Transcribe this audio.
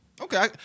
okay